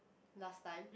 last time